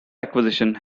acquisition